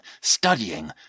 studying